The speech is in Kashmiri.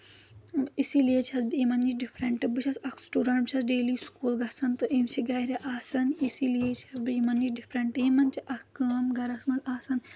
اسی لیے چھَس بہٕ یِمن نِش ڈِفرَنٛٹہٕ بہٕ چھَس اَکھ سٹوٗڈَنٛٹ چھَس ڈیلی سکوٗل گژھان تہٕ یِم چھِ گرِ آسَان اِسی لیے چھَس بہٕ یِمن نِش ڈِفرَنٹہٕ یِمن چھِ اکھ کٲم گَرَس منٛز آسان